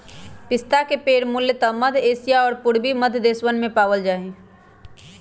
पिस्ता के पेड़ मूलतः मध्य एशिया और पूर्वी मध्य देशवन में पावल जा हई